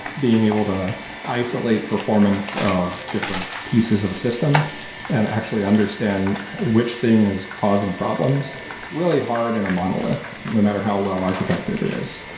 being able to isolate performance of different pieces of a system and actually understand which thing is causing problems. it's really hard in a monolith no matter how well architected it is.